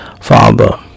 father